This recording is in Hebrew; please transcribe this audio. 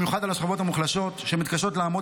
ובמיוחד על השכבות המוחלשות שמתקשות לעמוד